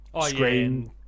screen